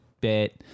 bit